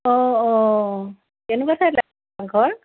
অঁ অঁ কেনেকুৱা চাই ঘৰ